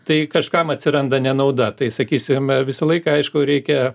tai kažkam atsiranda nenauda tai sakysime visą laiką aišku reikia